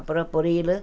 அப்புறோம் பொரியல்